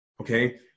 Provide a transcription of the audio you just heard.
okay